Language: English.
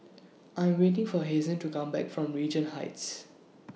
I'm waiting For Hazen to Come Back from Regent Heights